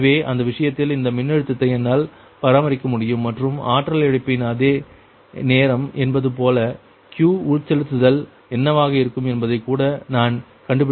எனவே அந்த விஷயத்தில் இந்த மின்னழுத்தத்தை என்னால் பராமரிக்க முடியம் மற்றும் ஆற்றல் இழப்பின் அதே நேரம் என்பது போல Q உட்செலுத்துதல் என்னவாக இருக்கும் என்பதையும் கூட நான் கண்டுபிடிக்க வேண்டும்